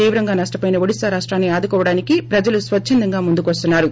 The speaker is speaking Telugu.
తీవ్రంగా నష్టవోయిన ఒడిశా రాష్టాన్ని ఆదుకోవడానికి ప్రజలు స్వచండంగా ముందుకొస్తున్నారు